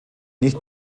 nicht